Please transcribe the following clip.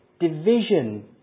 Division